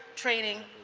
training,